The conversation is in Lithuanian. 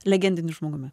legendiniu žmogumi